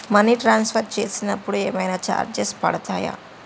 Money transfer చేసినప్పుడు ఏమైనా charges పడతయా?